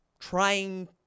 trying